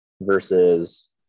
versus